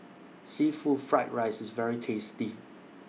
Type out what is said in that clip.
Seafood Fried Rice IS very tasty